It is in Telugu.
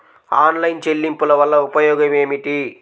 ఆన్లైన్ చెల్లింపుల వల్ల ఉపయోగమేమిటీ?